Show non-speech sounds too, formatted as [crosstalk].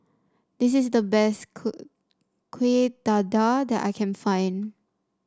this is the best [unintelligible] Kuih Dadar that I can find